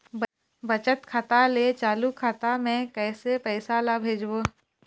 बचत खाता ले चालू खाता मे कैसे पैसा ला भेजबो?